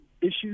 issues